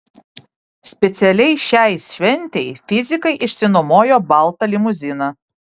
specialiai šiai šventei fizikai išsinuomojo baltą limuziną